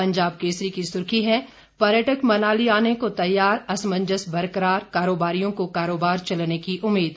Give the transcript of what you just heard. पंजाब केसरी की सुर्खी है पर्यटक मनाली आने को तैयार असमंजस बरकरार कारोबारियों को कारोबार चलने की उम्मीद